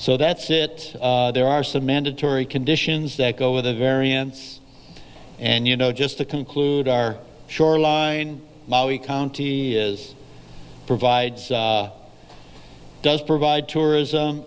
so that's it there are some mandatory conditions that go with a variance and you know just to conclude our shoreline maui county is provides does provide tourism